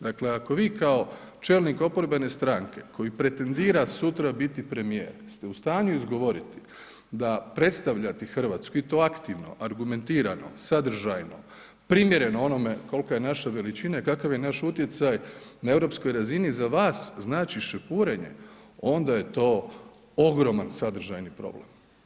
Dakle, ako vi kao čelnik oporbene stranke koji pretendira sutra biti premijer ste u stanju izgovoriti da predstavljati Hrvatsku i to aktivno, argumentirano, sadržajno, primjereno onome kolika je naša veličina i kakav je naš utjecaj na europskoj razini za vas znači šepurenje onda je to ogroman sadržajni problem.